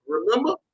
remember